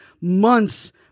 months